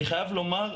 אני חייב לומר,